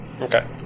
Okay